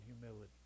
humility